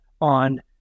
on